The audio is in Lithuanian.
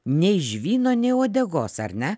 nei žvyno nei uodegos ar ne